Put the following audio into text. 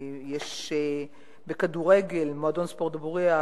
יש בכדורגל "מועדון ספורט דבורייה",